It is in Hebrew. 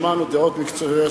שמענו דעות מקצועיות,